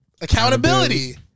accountability